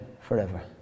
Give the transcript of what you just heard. forever